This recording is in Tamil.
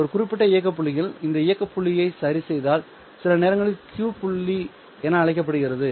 ஒரு குறிப்பிட்ட இயக்க புள்ளியில் இந்த இயக்க புள்ளியை சரிசெய்தால் சில நேரங்களில் Q புள்ளி என அழைக்கப்படுகிறது